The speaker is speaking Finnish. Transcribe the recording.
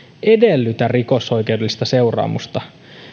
edellytä rikosoikeudellista seuraamusta